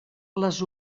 les